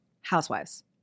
Housewives